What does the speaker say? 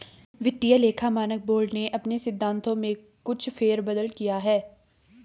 वित्तीय लेखा मानक बोर्ड ने अपने सिद्धांतों में कुछ फेर बदल किया है